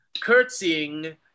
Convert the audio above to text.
curtsying